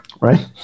right